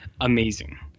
Amazing